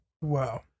Wow